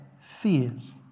fears